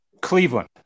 Cleveland